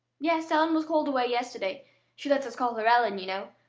yes, ellen was called away yesterday she lets us call her ellen, you know.